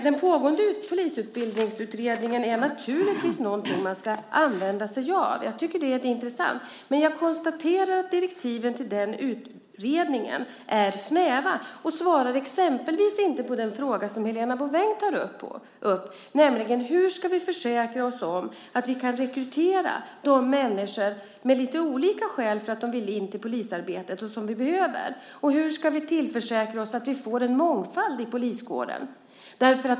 Den pågående polisutbildningsutredningen är naturligtvis någonting man ska använda sig av - jag tycker att den är intressant. Men jag konstaterar att direktiven till den utredningen är snäva. De svarar exempelvis inte på den fråga som Helena Bouveng tar upp, nämligen hur vi ska försäkra oss om att kunna rekrytera människor som vi behöver med olika skäl till att vilja arbeta som polis, och hur vi ska tillförsäkra oss att vi får mångfald i poliskåren.